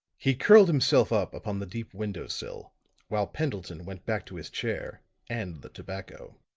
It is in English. he curled himself up upon the deep window sill while pendleton went back to his chair and the tobacco.